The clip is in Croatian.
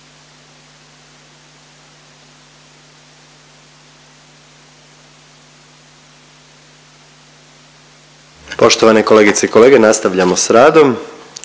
Poštovane kolegice i kolege nastavljamo s radom.